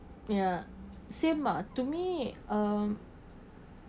ya same ah to me um